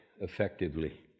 effectively